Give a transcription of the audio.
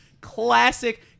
classic